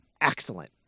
excellent